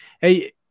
Hey